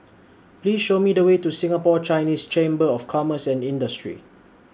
Please Show Me The Way to Singapore Chinese Chamber of Commerce and Industry